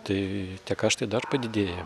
tai tie kaštai dar padidėja